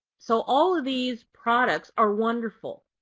so all of these products are wonderful.